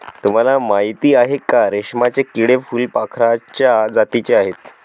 तुम्हाला माहिती आहे का? रेशमाचे किडे फुलपाखराच्या जातीचे आहेत